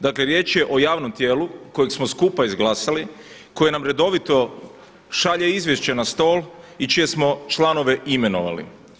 Dakle riječ je o javnom tijelu kojeg smo skupa izglasali, koje nam redovito šalje izvješće na stol i čije smo članove imenovali.